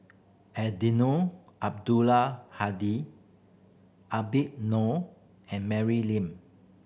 Eddino Abdul Hadi Habib Noh and Mary Lim